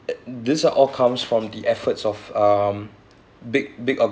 these are all comes from the efforts of um big big